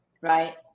right